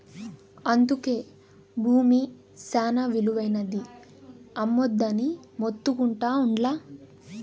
అందుకే బూమి శానా ఇలువైనది, అమ్మొద్దని మొత్తుకుంటా ఉండ్లా